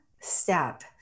step